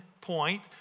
point